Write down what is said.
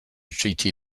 treaty